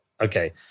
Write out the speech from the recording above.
Okay